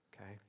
Okay